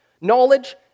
Knowledge